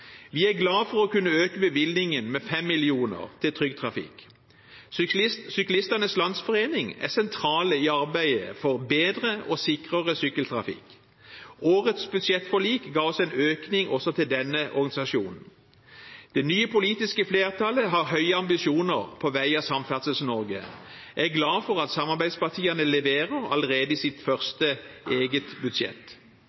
Vi er glad for å kunne øke bevilgningen med 5 mill. kr til Trygg Trafikk. Syklistenes Landsforening er sentral i arbeidet for bedre og sikrere sykkeltrafikk. Årets budsjettforlik ga oss en økning også til denne organisasjonen. Det nye politiske flertallet har høye ambisjoner på vegne av Samferdsels-Norge. Jeg er glad for at samarbeidspartiene leverer allerede i sitt